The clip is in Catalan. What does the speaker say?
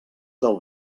del